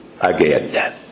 again